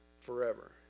forever